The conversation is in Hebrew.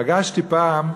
פגשתי פעם,